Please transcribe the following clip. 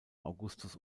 augustus